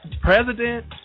president